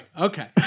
Okay